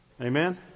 Amen